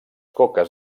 coques